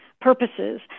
purposes